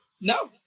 No